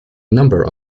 number